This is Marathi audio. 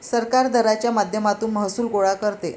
सरकार दराच्या माध्यमातून महसूल गोळा करते